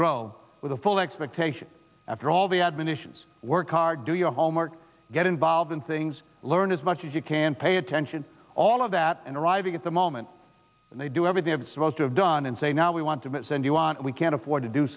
grow with a full expectation after all the admonitions work hard do your homework get involved in things learn as much as you can pay attention all of that and arriving at the moment when they do everything have supposed to have done and say now we want to send you on we can't afford to do